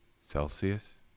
celsius